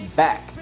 back